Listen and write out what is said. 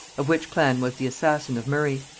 of which clan was the assassin of murray.